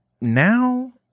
now